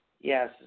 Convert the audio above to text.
Yes